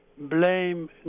blame